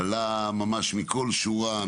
עלה מכל שורה,